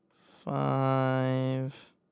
five